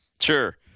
Sure